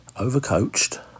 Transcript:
overcoached